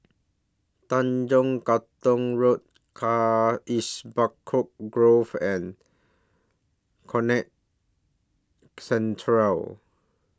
Tanjong Katong Road Carisbrooke Grove and Conrad Central